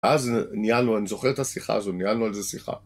אז ניהלנו, אני זוכר את השיחה הזו, ניהלנו על זה שיחה.